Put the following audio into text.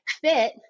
fit